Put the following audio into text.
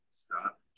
stop